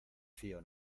fío